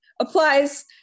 applies